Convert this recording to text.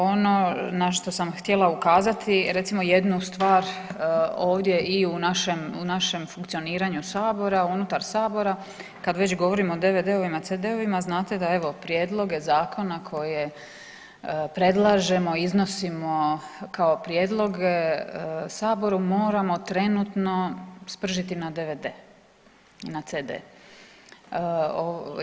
Ono na što sam htjela ukazati recimo jednu stvar ovdje i u našem funkcioniranju Sabora unutar Sabora kada već govorimo o DVD-ovima i CD-ovima znate da evo prijedloge zakona koje predlažemo, iznosimo kao prijedloge Saboru moramo trenutno spržiti na DVD-e i na CD-e.